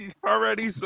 already